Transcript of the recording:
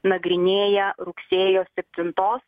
nagrinėja rugsėjo septintos